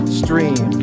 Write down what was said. stream